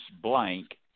blank